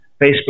Facebook